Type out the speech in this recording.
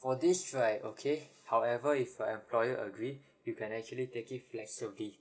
for this right okay however if your employer agree you can actually take it flexibly